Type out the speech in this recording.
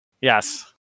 Yes